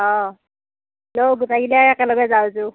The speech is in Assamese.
অ' যো গোটেইকেইটাই একেলগে যাওঁযো